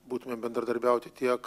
būtumėm bendradarbiauti tiek